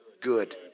good